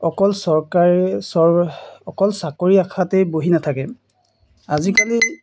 অকল চৰকাৰী চৰ অকল চাকৰি আশাতে বহি নাথাকে আজিকালি